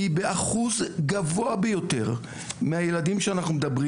כי באחוז גבוה ביותר מהילדים שאנחנו מדברים